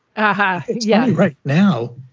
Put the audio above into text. and yeah. right now,